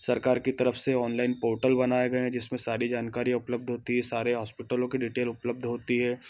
सरकार की तरफ से ऑनलाइन पोर्टल बनाए गए हैं जिसमें सारी जानकारी उपलब्ध होती है सारे हॉस्पिटलों की डिटेल उपलब्ध होती है